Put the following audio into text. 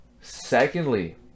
secondly